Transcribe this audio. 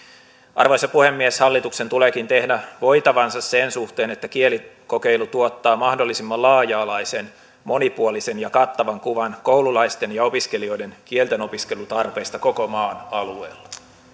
arvoisa puhemies hallituksen tuleekin tehdä voitavansa sen suhteen että kielikokeilu tuottaa mahdollisimman laaja alaisen monipuolisen ja kattavan kuvan koululaisten ja opiskelijoiden kieltenopiskelutarpeista koko maan alueella